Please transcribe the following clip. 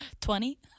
Twenty